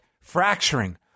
fracturing